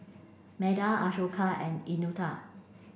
Medha Ashoka and Eunita